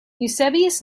eusebius